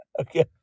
Okay